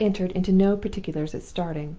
i entered into no particulars at starting.